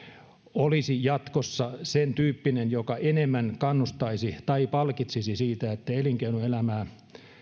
olisi jatkossa sentyyppinen joka enemmän kannustaisi tai palkitsisi siitä että elinkeinoelämää ja